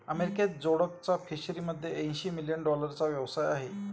अमेरिकेत जोडकचा फिशरीमध्ये ऐंशी मिलियन डॉलरचा व्यवसाय आहे